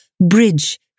bridge